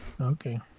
Okay